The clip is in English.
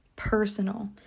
personal